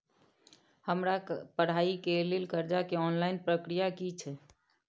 हमरा पढ़ाई के लेल कर्जा के ऑनलाइन प्रक्रिया की छै?